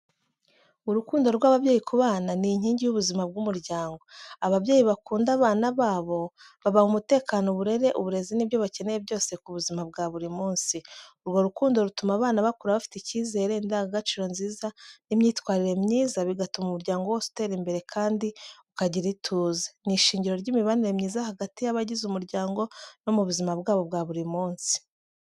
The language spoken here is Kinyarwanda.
Urukundo rw’ababyeyi ku bana ni inkingi y’ubuzima bw’umuryango. Ababyeyi bakunda abana babo babaha umutekano, uburere, uburezi n’ibyo bakeneye byose ku buzima bwa buri munsi. Urwo rukundo rutuma abana bakura bafite icyizere, indangagaciro nziza n’imyitwarire myiza, bigatuma umuryango wose utera imbere kandi ukagira ituze. Ni ishingiro ry’imibanire myiza hagati y’abagize umuryango no mu buzima bwabo bwa buri munsi.